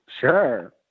Sure